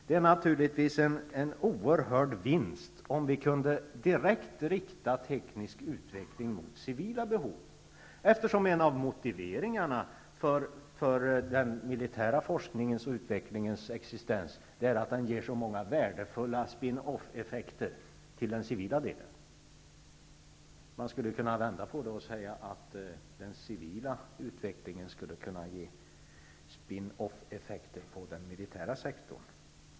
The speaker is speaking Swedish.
Det vore naturligtvis en oerhörd vinst om vi kunde rikta teknisk utveckling mot civila behov, eftersom en av motiveringarna för den militära forskningens och utvecklingens existens är att den ger så många värdefulla spin off-effekter till den civila delen. Man skulle kunna vända på det och säga att den civila utvecklingen skulle kunna ge spin off-effekter till den militära sektorn.